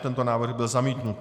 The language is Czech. Tento návrh byl zamítnut.